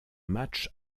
matchs